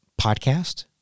podcast